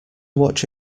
watch